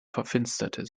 verfinsterte